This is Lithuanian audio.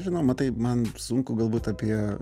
žinoma tai man sunku galbūt apie